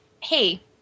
hey